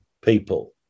people